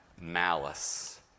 malice